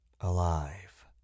alive